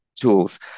tools